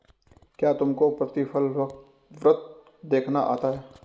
क्या तुमको प्रतिफल वक्र देखना आता है?